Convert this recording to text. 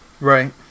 Right